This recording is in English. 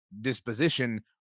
disposition